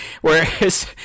Whereas